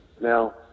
Now